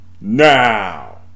now